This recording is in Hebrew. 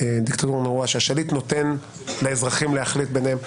דבריו של חבר הכנסת כסיף על כך שהשליט נותן לאזרחים להחליט ביניהם,